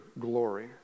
glory